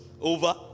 over